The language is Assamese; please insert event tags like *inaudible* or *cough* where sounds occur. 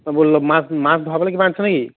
*unintelligible* মাছ মাছ ভৰাবলৈ কিবা আনিছ নে কি